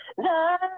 love